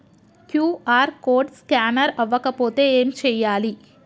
QR code scanner అవ్వకపోతే ఏం చేయాలి?